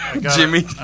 Jimmy